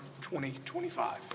2025